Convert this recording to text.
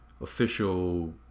official